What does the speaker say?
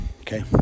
Okay